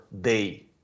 day